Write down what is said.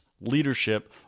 leadership